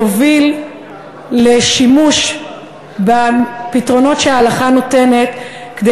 שיוביל לשימוש בפתרונות שההלכה נותנת כדי